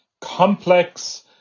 complex